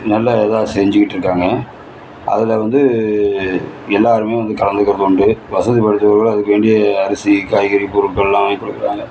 நல்ல இதாக செஞ்சுக்கிட்ருக்காங்க அதில் வந்து எல்லாேருமே வந்து கலந்துக்கிறதுண்டு வசதி படைத்தவர்கள் அதுக்கு வேண்டிய அரிசி காய்கறி பொருட்களெலாம் வாங்கி கொடுப்பாங்க